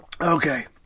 Okay